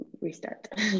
restart